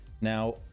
now